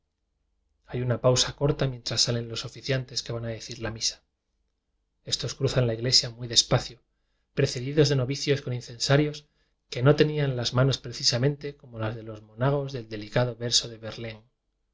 una pausa corta mientras salen los ofi ciantes que van a decir la misa estos cru zan la iglesia muy despacio precedidos de novicios con incensarios que no tenían las manos precisamente como las de los mo nagos del delicado verso de